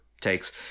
takes